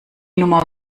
nummer